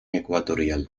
ecuatorial